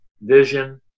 vision